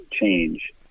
change